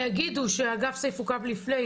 ויגידו שאגף סיף הוקם לפני,